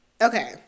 Okay